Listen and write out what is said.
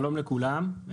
שלום לכולם,